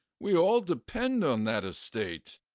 we all depend on that estate.